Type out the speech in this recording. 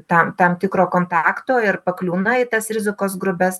ta tam tikro kontakto ir pakliūna į tas rizikos grupes